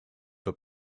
have